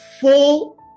full